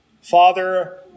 father